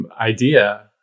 idea